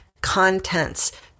contents